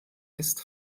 ist